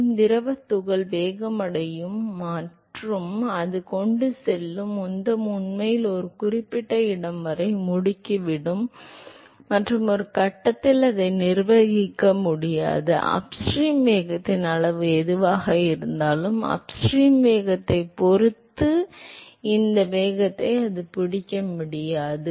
எனவே திரவத் துகள் வேகமடையும் மற்றும் அது கொண்டு செல்லும் உந்தம் உண்மையில் ஒரு குறிப்பிட்ட இடம் வரை முடுக்கி விடும் மற்றும் ஒரு கட்டத்தில் அதை நிர்வகிக்க முடியாது அப்ஸ்ட்ரீம் வேகத்தின் அளவு எதுவாக இருந்தாலும் அப்ஸ்ட்ரீம் வேகத்தைப் பொறுத்து இந்த வேகத்தை அது பிடிக்க முடியாது